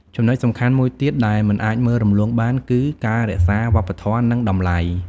ចំណុចសំខាន់មួយទៀត ដែលមិនអាចមើលរំលងបាន គឺ ការរក្សាវប្បធម៌ និងតម្លៃ ។